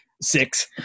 six